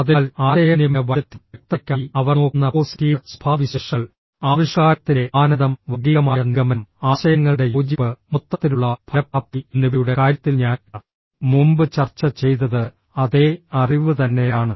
അതിനാൽ ആശയവിനിമയ വൈദഗ്ദ്ധ്യം വ്യക്തതയ്ക്കായി അവർ നോക്കുന്ന പോസിറ്റീവ് സ്വഭാവവിശേഷങ്ങൾ ആവിഷ്കാരത്തിന്റെ ആനന്ദം വർഗ്ഗീകമായ നിഗമനം ആശയങ്ങളുടെ യോജിപ്പ് മൊത്തത്തിലുള്ള ഫലപ്രാപ്തി എന്നിവയുടെ കാര്യത്തിൽ ഞാൻ മുമ്പ് ചർച്ച ചെയ്തത് അതേ അറിവ് തന്നെയാണ്